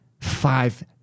five